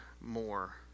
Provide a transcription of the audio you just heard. more